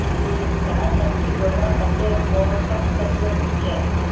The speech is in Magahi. चयपत्ति बढ़वार सबसे पोषक तत्व की छे?